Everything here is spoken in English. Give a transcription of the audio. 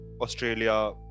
australia